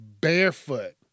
barefoot